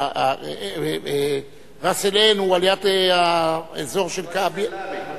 ראס-אל-עין הוא ליד האזור של כעביה.